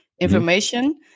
information